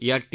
या टी